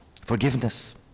Forgiveness